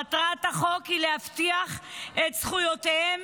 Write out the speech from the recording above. מטרת החוק היא להבטיח את זכויותיהם